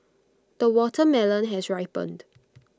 the watermelon has ripened